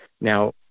Now